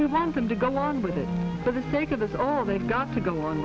we want them to go on with it for the sake of the door they've got to go on